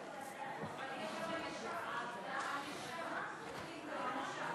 טלפון המשמשים לפרסום ומסירת מידע בדבר זנות,